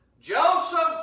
Joseph